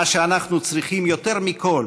מה שאנחנו צריכים יותר מכול